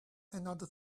another